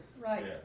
right